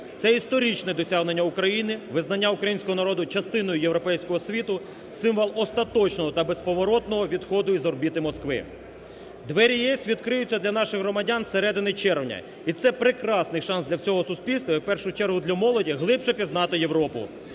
Це історичне досягнення України: визнання українського народу частиною європейського світу, символ остаточного та безповоротного відходу з орбіти Москви. Двері ЄС відкриються для наших громадян з середини червня і це прекрасний шанс для всього суспільства, і в першу чергу для молоді глибше пізнати Європу,